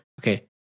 Okay